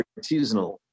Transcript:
artisanal